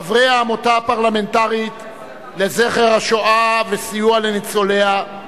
חברי העמותה הפרלמטרית לפעילות לזכר השואה וסיוע לניצוליה,